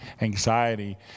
anxiety